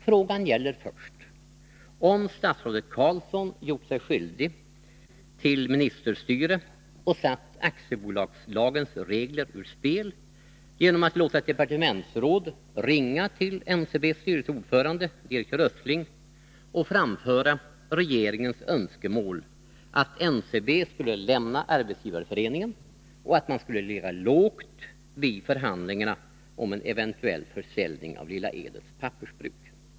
Frågan gäller först om statsrådet Carlsson gjort sig skyldig till ministerstyre och satt aktiebolagslagens regler ur spel genom att låta ett departementsråd ringa till NCB:s styrelseordförande direktör Östling och framföra regeringens önskemål, att NCB skulle lämna Arbetsgivareföreningen och att man skulle ligga lågt vid förhandlingarna om en eventuell försäljning av Lilla Edets pappersbruk.